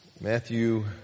Matthew